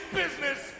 business